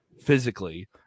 physically